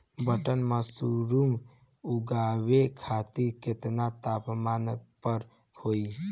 Button mushroom उगावे खातिर केतना तापमान पर होई?